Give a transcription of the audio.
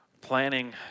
planning